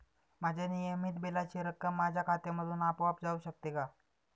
माझ्या नियमित बिलाची रक्कम माझ्या खात्यामधून आपोआप जाऊ शकते का?